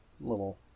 little